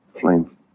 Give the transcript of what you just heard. flame